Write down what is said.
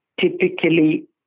typically